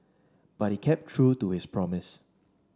but he kept true to his promise